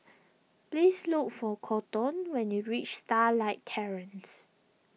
please look for Kolton when you reach Starlight Terrace